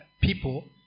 people